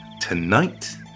Tonight